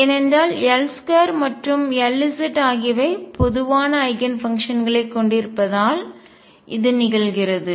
ஏனென்றால் L2 மற்றும் Lz ஆகியவை பொதுவான ஐகன் ஃபங்க்ஷன்களைக் கொண்டிருப்பதால் இது நிகழ்கிறது